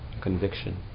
conviction